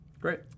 great